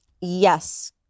Yes